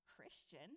Christian